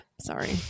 Sorry